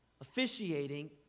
officiating